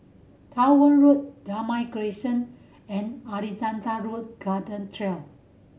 Truro Road Damai Crescent and Alexandra Road Garden Trail